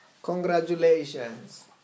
Congratulations